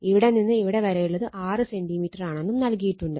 ഇവിടെ നിന്ന് ഇവിടെ വരെയുള്ളത് 6 സെന്റിമീറ്ററാണെന്നും നൽകിയിട്ടുണ്ട്